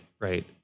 right